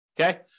Okay